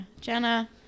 Jenna